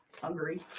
hungry